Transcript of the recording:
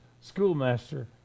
Schoolmaster